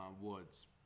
woods